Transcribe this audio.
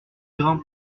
grimpe